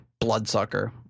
Bloodsucker